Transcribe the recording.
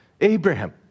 Abraham